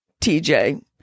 TJ